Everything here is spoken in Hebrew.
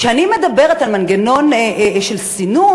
כשאני מדברת על מנגנון של סינון,